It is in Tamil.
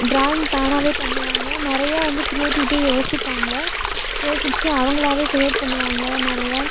ட்ராயிங் தானாகவே பண்ணுவாங்க நிறையா வந்து க்ரியேட்டிவிட்டியாக யோசிப்பாங்க யோசிச்சு அவங்களாவே க்ரியேட் பண்ணுவாங்க நிறையா